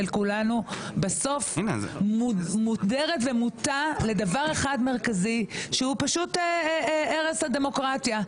כולנו אבל היא מודרת ומוטה לדבר אחד מרכזי שהוא פשוט הרס הדמוקרטיה.